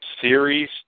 Series